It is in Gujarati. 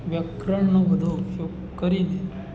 વ્યાકરણનો બધો ઉપયોગ કરીને